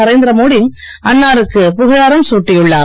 நரேந்திர மோடி அன்னாருக்கு புகழாரம் சூட்டியுள்ளார்